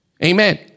Amen